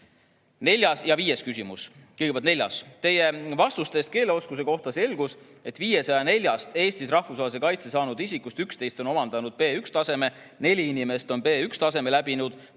Neljas ja viies küsimus. Kõigepealt neljas: "Teie vastustest keeleoskuse kohta selgus, et 504st Eestis rahvusvahelise kaitse saanud isikust 11 on omandanud B1 taseme, 4 inimest on B1 taseme läbinud,